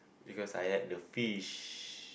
because I like the fish